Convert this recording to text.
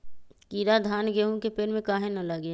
कीरा धान, गेहूं के पेड़ में काहे न लगे?